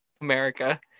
America